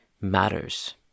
matters